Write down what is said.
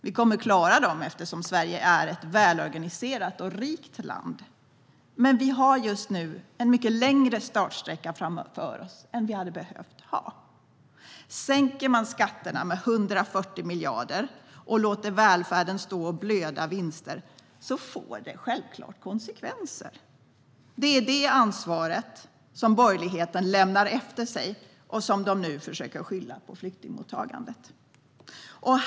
Vi kommer att klara dem, eftersom Sverige är ett välorganiserat och rikt land, men vi har just nu en mycket längre startsträcka framför oss än vi hade behövt ha. Sänker man skatterna med 140 miljarder och låter välfärden stå och blöda vinster får det självklart konsekvenser. Det är det ansvaret som borgerligheten lämnar efter sig och som de nu försöker skylla på flyktingmottagandet.